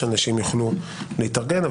שאנשים יוכלו להתארגן.